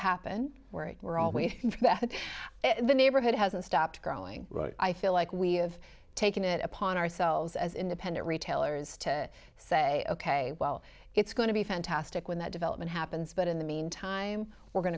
happen where we're always in the neighborhood hasn't stopped growing i feel like we have taken it upon ourselves as independent retailers to say ok well it's going to be fantastic when that development happens but in the meantime we're going